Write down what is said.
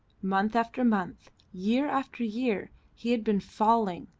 month after month, year after year, he had been falling,